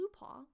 Bluepaw